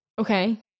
Okay